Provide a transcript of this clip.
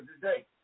today